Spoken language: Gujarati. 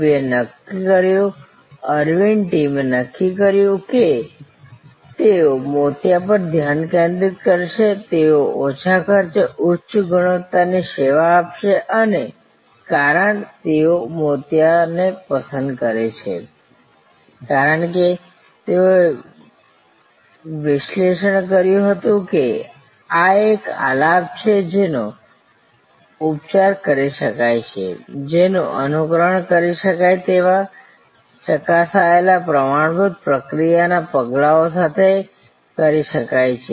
વીએ નક્કી કર્યું અરવિંદ ટીમે નક્કી કર્યું કે તેઓ મોતિયા પર ધ્યાન કેન્દ્રિત કરશે તેઓ ઓછા ખર્ચે ઉચ્ચ ગુણવત્તાની સેવા આપશે અને કારણ તેઓ મોતિયા પસંદ કરે છે કારણ કે તેઓએ વિશ્લેષણ કર્યું હતું કે આ એક આલાપ છે જેનો ઉપચાર કરી શકાય છે જેનું અનુકરણ કરી શકાય તેવા ચકાસાયેલ પ્રમાણભૂત પ્રક્રિયાના પગલાઓ સાથે કરી શકાય છે